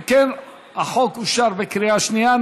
אם כן, החוק אושר בקריאה שנייה.